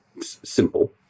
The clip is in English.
simple